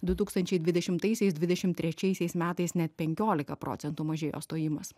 du tūkstančiai dvidešimtaisiais dvidešimt trečiaisiais metais net penkiolika procentų mažėjo stojimas